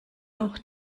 auch